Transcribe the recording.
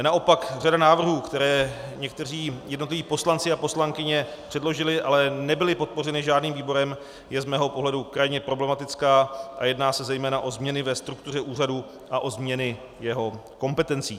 Naopak řada návrhů, které někteří jednotliví poslanci a poslankyně předložili, ale nebyly podpořeny žádným výborem, je z mého pohledu krajně problematická a jedná se zejména o změny ve struktuře úřadu a o změny jeho kompetencí.